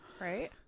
Right